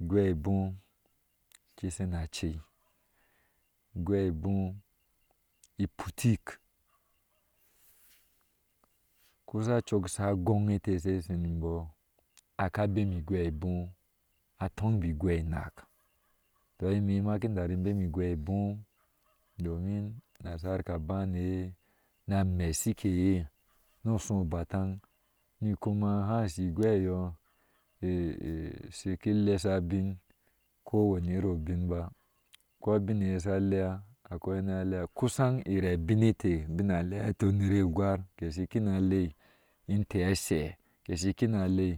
Igwe e bɔɔ ke shuna acei igwe ebɔɔ iputik kusha cok sha son eteh geshe shoniŋbɔɔ aka beni igwe abɔɔ, atoŋ bi igwe enak toh ime na kin tari in bemi egwe ebɔɔ domin nasar ka bane ye na nesuk iye nu oshu o batan ni kuma hashi igwe eyoo shiki lesa abin kowani iri obin ko wani iriobin baa, ko abin akoi abin eye sa lea akoi eye hana lea kusa ire abinte ubinaleya teh unner egwar ke shi kina lei inteh ashe ke shi kina alei